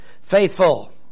Faithful